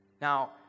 Now